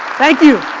thank you!